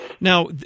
Now